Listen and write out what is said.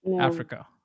Africa